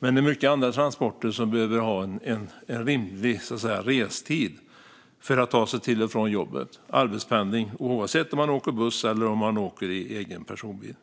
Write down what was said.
Men många andra transporter måste ha en rimlig restid. Det kan handla om att ta sig till och från jobbet, det vill säga arbetspendling, och det gäller oavsett om man åker buss eller i egen personbil.